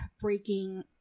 breaking